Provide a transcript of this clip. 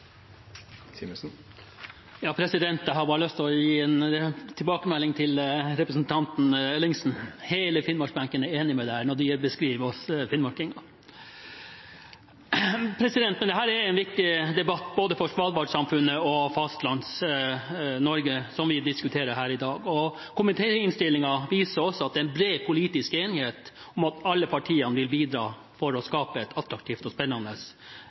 Ellingsen: Hele Finnmarks-benken er enig i den beskrivelsen av oss finnmarkinger. Det er en viktig debatt for både Svalbard-samfunnet og Fastlands-Norge vi har her i dag. Komitéinnstillingen viser også at det er bred politisk enighet om at alle partiene vil bidra for å skape et attraktivt og spennende